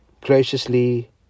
graciously